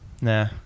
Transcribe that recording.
Nah